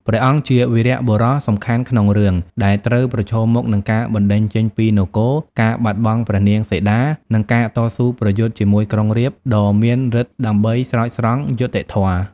ព្រះអង្គជាវីរបុរសសំខាន់ក្នុងរឿង ដែលត្រូវប្រឈមមុខនឹងការបណ្ដេញចេញពីនគរ ការបាត់បង់ព្រះនាងសីតា និងការតស៊ូប្រយុទ្ធជាមួយក្រុងរាពណ៍ដ៏មានឫទ្ធិដើម្បីស្រោចស្រង់យុត្តិធម៌ ។